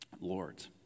lords